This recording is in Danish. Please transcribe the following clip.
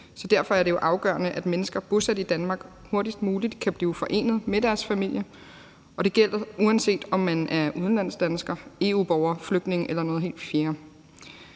derfor er det jo afgørende, at mennesker bosat i Danmark hurtigst muligt kan blive forenet med deres familie, og det gælder, uanset om man er udenlandsdanskere, EU-borger, flygtning eller noget helt fjerde.